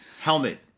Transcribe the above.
Helmet